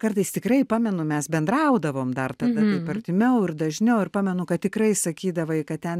kartais tikrai pamenu mes bendraudavom dar tada taip artimiau ir dažniau ir pamenu kad tikrai sakydavai kad ten